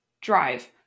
drive